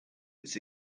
its